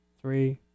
three